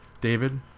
David